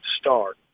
start